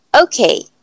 okay